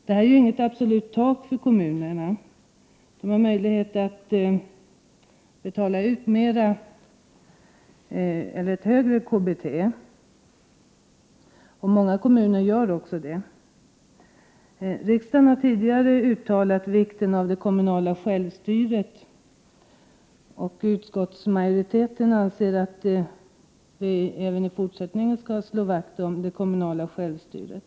Det här är inte ett absolut tak för kommunerna, utan dessa har möjlighet att välja ett större kommunalt bostadstillägg. Många kommuner gör också det. Riksdagen har tidigare uttalat hur viktigt det kommunala självstyret är, och utskottsmajoriteten anser att man även i fortsättningen skall slå vakt om detta självstyre.